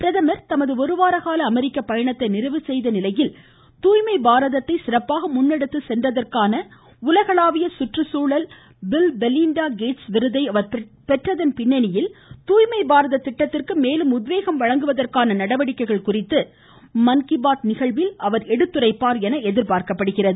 பிரதமர் தமது ஒருவார கால அமெரிக்க பயணத்தை நிறைவு செய்த நிலையில் தூய்மை பாரதத்தை சிறப்பாக முன்னெடுத்து சென்றதற்காக உலகளாவிய சுற்றுச்சூழல் பில் பெலிண்டா கேட்ஸ் விருதை அவர் பெற்றதன் பின்னணியில் தூய்மை பாரத திட்டத்திற்கு மேலும் உத்வேகம் வழங்குவதற்கான நடவடிக்கைகள் குறித்து அவர் இதில் எடுத்துரைப்பார் என எதிர்பார்க்கப்படுகிறது